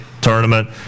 tournament